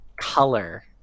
color